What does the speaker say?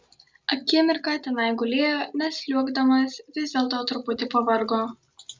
akimirką tenai gulėjo nes sliuogdamas vis dėlto truputį pavargo